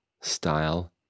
style